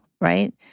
right